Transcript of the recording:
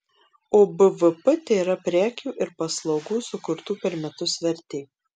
o bvp tėra prekių ir paslaugų sukurtų per metus vertė